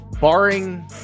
barring